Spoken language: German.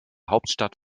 hauptstadt